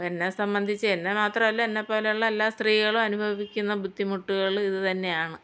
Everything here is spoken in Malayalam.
എന്നെ സംബന്ധിച്ച് എന്നെ മാത്രമല്ല എന്നെ പോലുള്ള എല്ലാ സ്ത്രീകളും അനുഭവിക്കുന്ന ബുദ്ധിമുട്ടുകൾ ഇത് തന്നെയാണ്